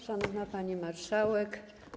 Szanowna Pani Marszałek!